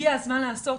הגיע הזמן לעשות.